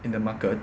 in the market